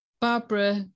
Barbara